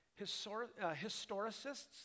Historicists